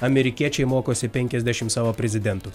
amerikiečiai mokosi penkiasdešim savo prezidentų